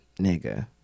Nigga